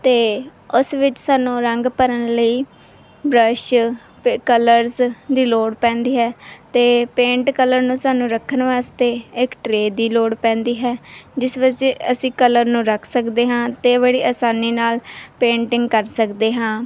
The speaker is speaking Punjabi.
ਅਤੇ ਉਸ ਵਿੱਚ ਸਾਨੂੰ ਰੰਗ ਭਰਨ ਲਈ ਬਰਸ਼ ਕਲਰਸ ਦੀ ਲੋੜ ਪੈਂਦੀ ਹੈ ਅਤੇ ਪੇਂਟ ਕਲਰ ਨੂੰ ਸਾਨੂੰ ਰੱਖਣ ਵਾਸਤੇ ਇੱਕ ਟਰੇ ਦੀ ਲੋੜ ਪੈਂਦੀ ਹੈ ਜਿਸ ਵਿੱਚ ਅਸੀਂ ਕਲਰ ਨੂੰ ਰੱਖ ਸਕਦੇ ਹਾਂ ਅਤੇ ਬੜੀ ਆਸਾਨੀ ਨਾਲ ਪੇਂਟਿੰਗ ਕਰ ਸਕਦੇ ਹਾਂ